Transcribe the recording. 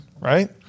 right